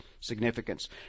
significance